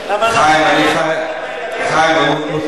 בחולון.